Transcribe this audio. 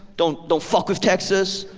don't don't fuck with texas.